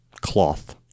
cloth